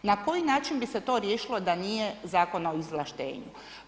Na koji način bi se to riješilo da nije Zakona o izvlaštenju?